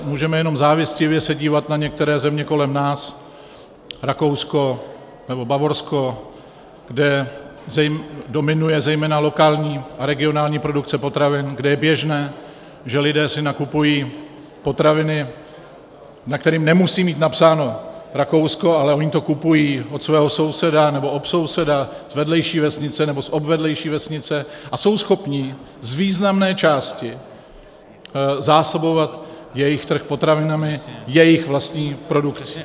Můžeme jenom závistivě se dívat na některé země kolem nás Rakousko nebo Bavorsko, kde dominuje zejména lokální a regionální produkce potravin, kde je běžné, že lidé si nakupují potraviny, na kterých nemusí mít napsáno Rakousko, ale oni to kupují od svého souseda nebo obsouseda z vedlejší vesnice nebo z obvedlejší vesnice a jsou schopni z významné části zásobovat jejich trh potravinami, jejich vlastní produkcí.